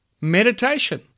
meditation